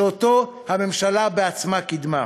שאותו הממשלה בעצמה קידמה.